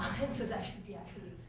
and so that should be actually